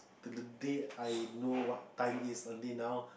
to the date I know what time is early now